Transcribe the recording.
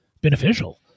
beneficial